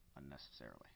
unnecessarily